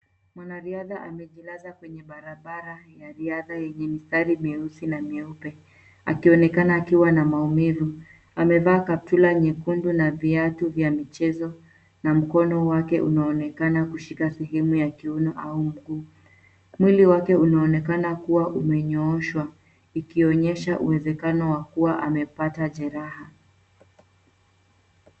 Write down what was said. Mwanariadha amejilaza kwenye barabara ya riadha yenye mistari myeusi na myeupe akionekana akiwa na maumivu amevaa kaptula nyekundu na viatu vya michezo na mkono wake unaonekana kushika sehemu ya kiuno au mguu. Mwili wake unaonekana kuwa umenyooshwa, ikionyesha uwezekano wa kuwa amepata jeraha.